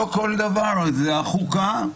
לא כל דבר זה חוקה,